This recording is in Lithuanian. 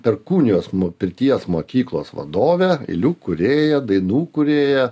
perkūnijos pirties mokyklos vadovė eilių kūrėja dainų kūrėja